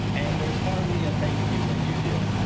and there's hardly a thank you when you do.